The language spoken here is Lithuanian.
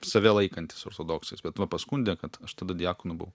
save laikantys ortodoksais bet va paskundė kad aš tada diakonu buvau